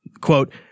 Quote